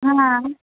हा हा